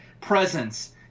presence –